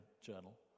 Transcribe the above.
journal